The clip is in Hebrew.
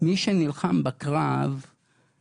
מי שנלחם בקרב,